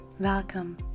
Welcome